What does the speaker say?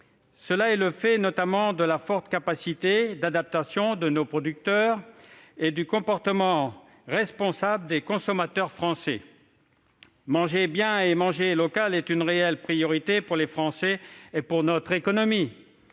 Cela tient notamment à la forte capacité d'adaptation de nos producteurs et au comportement responsable des consommateurs français. Manger bien et local est une réelle priorité pour nos concitoyens et pour notre économie.